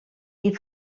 die